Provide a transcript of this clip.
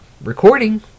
recording